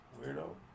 weirdo